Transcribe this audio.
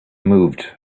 moved